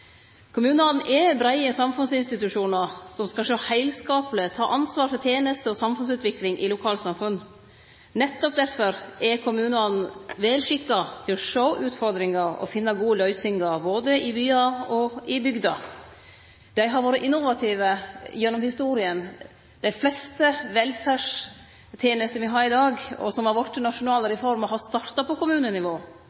Kommunane er breie samfunnsinstitusjonar som skal sjå heilskapleg på og ta ansvar for tenester og samfunnsutvikling i lokalsamfunna. Nettopp derfor er kommunane vel skikka til å sjå utfordringar og finne gode løysingar både i byar og i bygder. Dei har vore innovative gjennom historia. Dei fleste velferdstenestene me har i dag, og som har vorte nasjonale